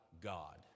God